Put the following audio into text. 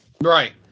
Right